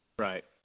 Right